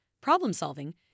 problem-solving